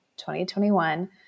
2021